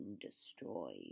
destroyed